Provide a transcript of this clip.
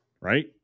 right